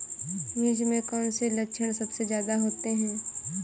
मिर्च में कौन से लक्षण सबसे ज्यादा होते हैं?